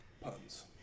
puns